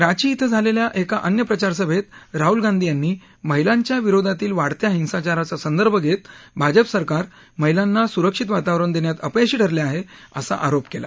रांची इथं झालेल्या एका अन्य प्रचारसभेत राहुल गांधी यांनी महिलांच्या विरोधातील वाढत्या हिंसाचाराचा संदर्भ घेत भाजप सरकार महिलांना सुरक्षित वातावरण देण्यात अपयशी ठरले आहे असा आरोप केला